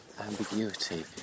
ambiguity